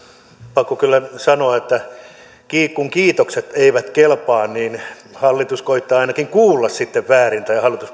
pakko kyllä sanoa että kun kiitokset eivät kelpaa niin hallituspuolueitten kansanedustajat koettavat ainakin kuulla sitten väärin